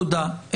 תודה.